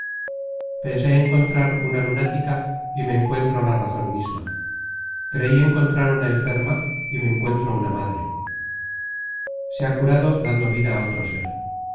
pensé encontrar una lunática y me encuentro la razón misma creí encontrar una enferma y me encuentro una madre se ha curado dando vida a otro ser